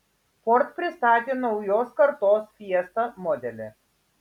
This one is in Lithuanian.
ford pristatė naujos kartos fiesta modelį